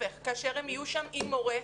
כאשר הם יהיו שם עם מורה,